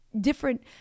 different